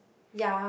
ya